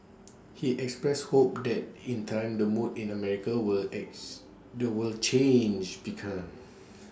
he expressed hope that in time the mood in America will X they will change become